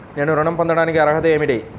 నేను ఋణం పొందటానికి అర్హత ఏమిటి?